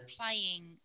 playing